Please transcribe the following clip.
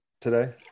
today